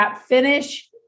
finish